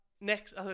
Next